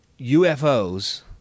UFOs